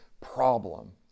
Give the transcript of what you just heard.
problem